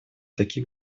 таких